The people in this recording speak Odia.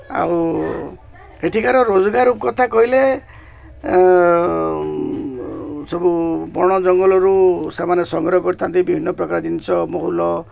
ଆଉ ଏଠିକାର ରୋଜଗାର କଥା କହିଲେ ସବୁ ବଣ ଜଙ୍ଗଲରୁ ସେମାନେ ସଂଗ୍ରହ କରିଥାନ୍ତି ବିଭିନ୍ନପ୍ରକାର ଜିନିଷ ମହୁଲ